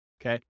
okay